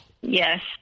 Yes